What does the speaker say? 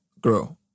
grow